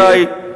רבותי,